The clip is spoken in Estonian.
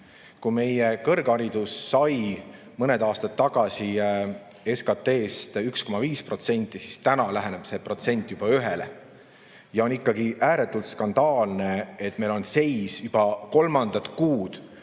Kui meie kõrgharidus sai mõned aastad tagasi SKT‑st 1,5%, siis täna läheneb see protsent juba ühele. Ja on ikkagi ääretult skandaalne, et meil on seis juba kolmandat kuud,